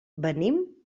venim